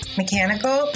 mechanical